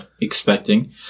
expecting